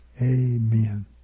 Amen